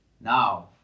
now